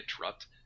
interrupt